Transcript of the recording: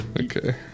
Okay